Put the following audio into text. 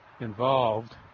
involved